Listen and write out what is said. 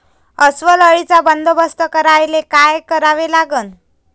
अस्वल अळीचा बंदोबस्त करायले काय करावे लागन?